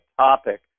topic